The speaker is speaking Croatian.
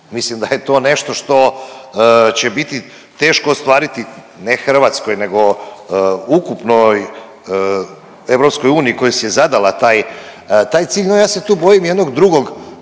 Mislim da je to nešto što će biti teško ostvariti, ne Hrvatskoj nego ukupnoj EU koja si je zadala taj cilj, no ja se tu bojim jednog drugog